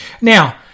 Now